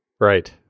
Right